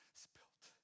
spilt